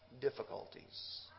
difficulties